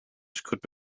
could